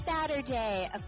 Saturday